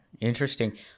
Interesting